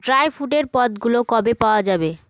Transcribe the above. dry ফুডের পদগুলো কবে পাওয়া যাবে